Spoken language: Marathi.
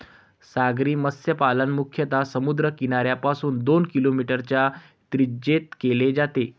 सागरी मत्स्यपालन मुख्यतः समुद्र किनाऱ्यापासून दोन किलोमीटरच्या त्रिज्येत केले जाते